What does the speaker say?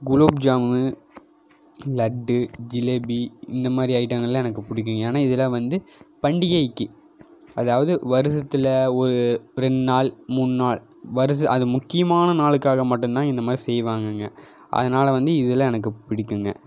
குலோப்ஜாமுனு லட்டு ஜிலேபி இந்த மாதிரி ஐட்டங்கள்லாம் எனக்கு பிடிக்குங்க ஏனால் இதெலாம் வந்து பண்டிகைக்கு அதாவது வருஷத்தில் ஒரு ரெண்டு நாள் மூண் நாள் வர்ஷ அது முக்கியமான நாளுக்காக மட்டும்தான் இந்த மாதிரி செய்வாங்கங்க அதனால வந்து இதுலாம் எனக்கு பிடிக்குங்க